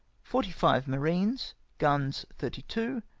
forty-five marines. gruns, thirty two.